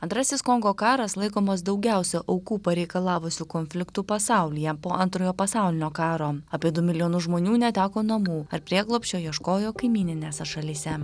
antrasis kongo karas laikomas daugiausia aukų pareikalavusiu konfliktu pasaulyje po antrojo pasaulinio karo apie du milijonus žmonių neteko namų ar prieglobsčio ieškojo kaimyninėse šalyse